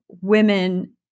women